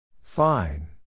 Fine